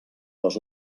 les